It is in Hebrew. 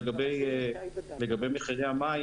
לגבי מחירי המים,